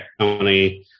company